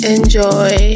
Enjoy